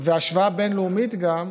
וגם בהשוואה בין-לאומית גם,